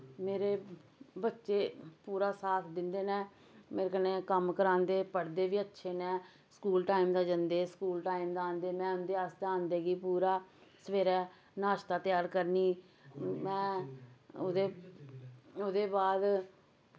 मेरे बच्चे पूरा साथ दिंदे नै मेरे कन्नै कम्म करांदे पढ़दे वी अच्छे नै स्कूल टाइम दा जंदे स्कूल टाइम दा आंदे में उं'दे आस्तै आंदे गी पूरा सवेरै नाश्ता त्यार करनी में ओह्दे ओह्दे बाद